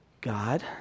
God